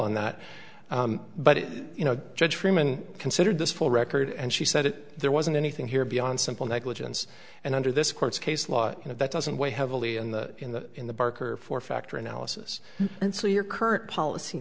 on that but you know judge freeman considered this full record and she said that there wasn't anything here beyond simple negligence and under this court's case law and that doesn't weigh heavily in the in the in the barker for factor analysis and so your current policy